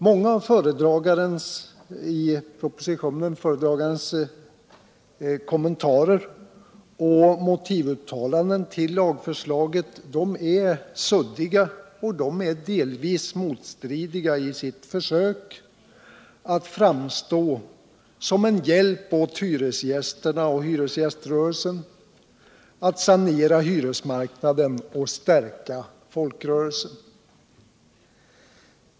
Många av föredragandens kommentarer till och motivuttalanden om lagförslaget i propositionen är suddiga och delvis motstridiga i sitt försök att framstå som en hjälp åt hyresgästerna och hyresgäströrelsen att sanera hyresmarknaden och stärka folkrörelsen.